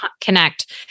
connect